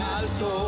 alto